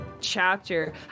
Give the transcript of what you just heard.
chapter